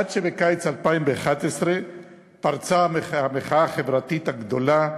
עד שבקיץ 2011 פרצה המחאה החברתית הגדולה,